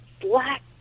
black